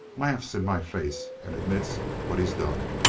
laughs in my face, and admits what he done,